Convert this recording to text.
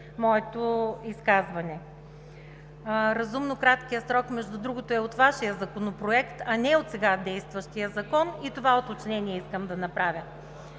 моето изказване. Разумно краткият срок, между другото, е от Вашия законопроект, а не от сега действащия закон – и това уточнение искам да направя.